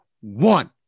one